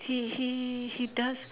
he he he does